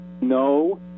no